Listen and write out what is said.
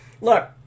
Look